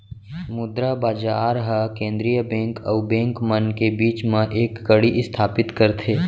मुद्रा बजार ह केंद्रीय बेंक अउ बेंक मन के बीच म एक कड़ी इस्थापित करथे